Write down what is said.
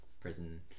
prison